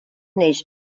neix